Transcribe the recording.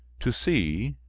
to see,